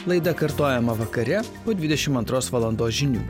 laida kartojama vakare po dvidešimt antros valandos žinių